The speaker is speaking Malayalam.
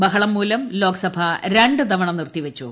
ബഹളം മൂലം ലോക്സഭ ര ുതവണ നിർത്തിവെച്ചു